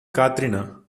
katrina